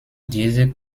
diese